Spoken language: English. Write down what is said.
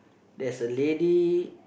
there's a lady